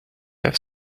have